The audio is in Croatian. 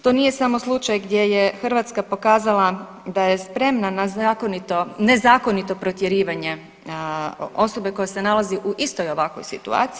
To nije samo slučaj gdje je Hrvatska pokazala da je spremna na nezakonito protjerivanje osobe koja se nalazi u istoj ovakvoj situaciji.